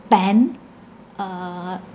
spend uh